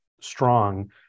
strong